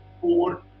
four